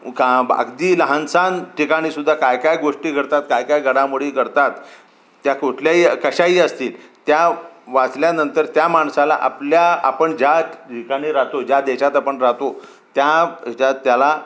का अगदी लहानसहान ठिकाणी सुद्धा काय काय गोष्टी घडतात काय काय गडामोडी घडतात त्या कुठल्याही कशाही असतील त्या वाचल्यानंतर त्या माणसाला आपल्या आपण ज्या ठिकाणी राहतो ज्या देशात आपण राहतो त्या ह्याच्यात त्याला